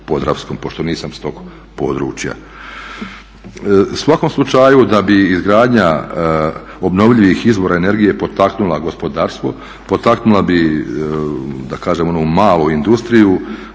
pošto nisam s tog područja. U svakom slučaju da bi izgradnja obnovljivih izvora energije potaknula gospodarstvo, potaknula bi da kažem onu malu industriju,